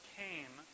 came